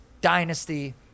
dynasty